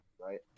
right